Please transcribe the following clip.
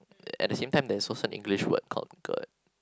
at the same time there's also an English word called gird